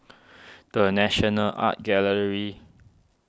the National Art Gallery